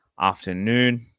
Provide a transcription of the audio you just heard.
afternoon